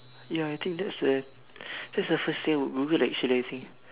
ya I think that's the that's the first thing I would google actually I think